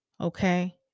okay